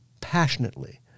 passionately